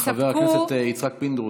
חבר הכנסת יצחק פינדרוס,